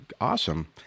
awesome